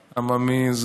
העממי.